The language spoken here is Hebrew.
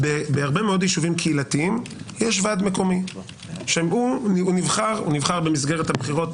בהרבה מאוד יישובים קהילתיים יש ועד מקומי שהוא נבחר במסגרת הבחירות,